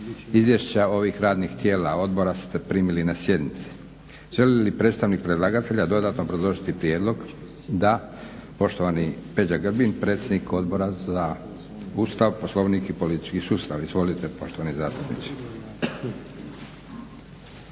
Izvješća ovih radnih tijela odbora ste primili na sjednici. Želi li predstavnik predlagatelja dodatno obrazložiti prijedlog? Da. Poštovani Peđa Grbin, predsjednik Odbora za Ustav, Poslovnik i politički sustav. Izvolite poštovani zastupniče.